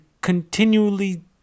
continually